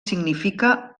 significa